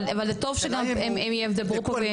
אבל זה טוב שגם הם ידברו פה.